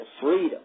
freedom